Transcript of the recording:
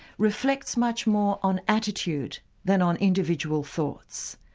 reflects much more on attitude than on individual thoughts.